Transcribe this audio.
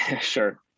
Sure